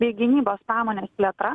bei gynybos pramonės plėtra